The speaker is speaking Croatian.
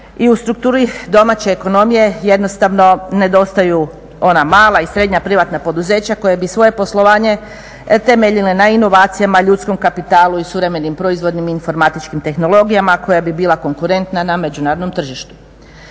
i u strukturi domaće ekonomije jednostavno nedostaju ona mala i srednja privatna poduzeća koja bi svoje poslovanje temeljile na inovacijama, ljudskom kapitalu i suvremenim proizvodnim informatičkim tehnologijama koja bi bila konkurentna na međunarodnom tržištu.